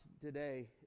today